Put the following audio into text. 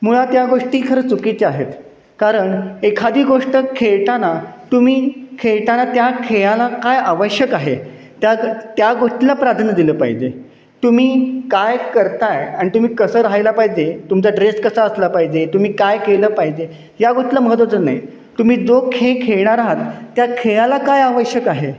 मुळात या गोष्टी खरं चुकीच्या आहेत कारण एखादी गोष्ट खेळताना तुम्ही खेळताना त्या खेळाला काय आवश्यक आहे त्या ग त्या गोष्टीला प्राधान्य दिलं पाहिजे तुम्ही काय करता आहे आणि तुम्ही कसं राहायला पाहिजे तुमचा ड्रेस कसा असला पाहिजे तुम्ही काय केलं पाहिजे या गोष्टीला महत्त्वच नाही तुम्ही जो खेळ खेळणार आहात त्या खेळाला काय आवश्यक आहे